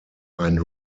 ein